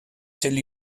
till